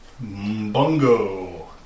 Bungo